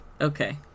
Okay